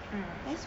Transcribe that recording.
mm